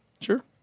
Sure